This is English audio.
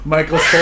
Michael